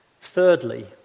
Thirdly